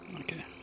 Okay